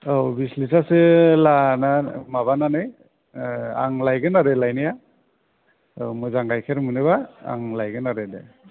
औ बिस लिटारसो लानानै माबानानै आं लायगोन आरो लायनाया औ मोजां गायखेर मोनोब्ला आं लायगोन आरो दे